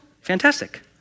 fantastic